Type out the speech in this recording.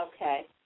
Okay